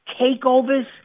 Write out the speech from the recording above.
takeovers